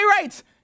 rights